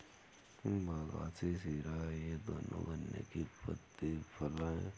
बगासी शीरा ये दोनों गन्ने के प्रतिफल हैं